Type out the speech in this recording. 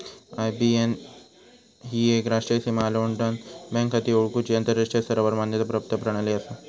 IBAN ही एक राष्ट्रीय सीमा ओलांडान बँक खाती ओळखुची आंतराष्ट्रीय स्तरावर मान्यता प्राप्त प्रणाली असा